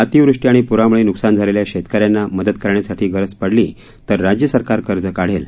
अतिवृष्टी आणि प्रामुळे न्कसान झालेल्या शेतकऱ्यांना मदत करण्यासाठी गरज पडली तर राज्य सरकार कर्ज काढेल